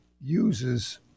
uses